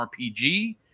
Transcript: RPG